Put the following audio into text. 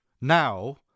Now